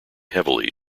heavily